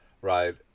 right